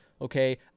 okay